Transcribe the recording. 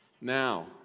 now